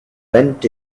went